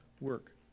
work